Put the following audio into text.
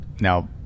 now